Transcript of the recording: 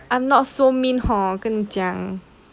I'm not so mean hor 跟你讲